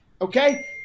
okay